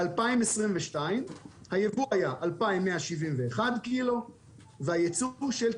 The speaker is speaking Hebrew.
בשנת 2022 הייבוא היה 2,171 ק"ג והייצוא היה בכמות של